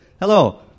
hello